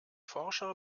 forscher